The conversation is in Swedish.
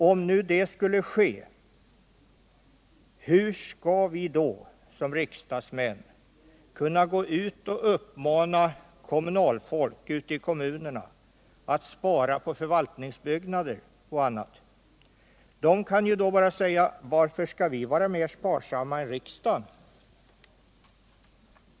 Om så skulle ske — hur skall vi som riksdagsmän då kunna gå ut och uppmana kommunalfolk att spara på förvaltningsbyggnader och annat? De kan då —- med rätta — säga: Varför skall vi vara mera sparsamma än riksdagen?